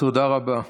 תודה רבה.